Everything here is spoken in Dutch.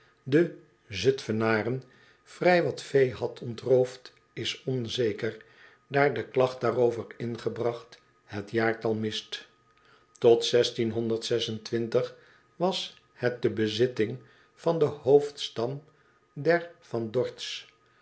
den zutfenaren vrij wat vee had ontroofd is onzeker daar de klagt daarover ingebragt het jaartal mist ot was het de bezitting van den hoofdstam der v